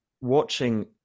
watching